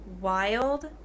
wild